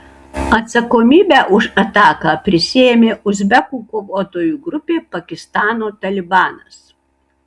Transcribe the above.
atsakomybę už ataką prisiėmė uzbekų kovotojų grupė pakistano talibanas